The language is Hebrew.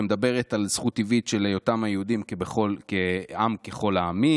שמדברת על זכות טבעית של היות היהודים כעם ככל העמים,